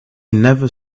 never